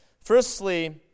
Firstly